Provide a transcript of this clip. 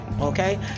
okay